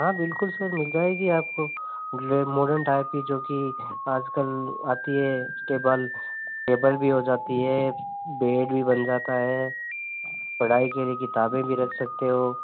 हाँ बिल्कुल सर मिल जाएगी आपको मोडेर्न टाइप की जो कि आजकल आती है स्टेबल स्टेबल भी हो जाती हे बेड भी बन जाता है पढ़ाई के लिए किताबे भी रख सकते हो